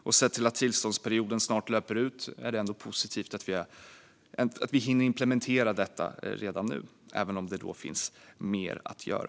Och med tanke på att tillståndsperioden snart löper ut är det positivt att vi hinner implementera detta redan nu, även om det finns mer att göra.